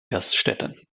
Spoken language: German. gaststätten